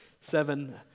seven